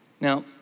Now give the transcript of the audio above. Now